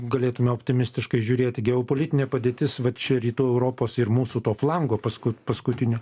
galėtume optimistiškai žiūrėti geopolitinė padėtis va čia rytų europos ir mūsų to flango pasku paskutinio